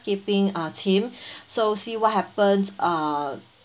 keeping uh team so see what happened uh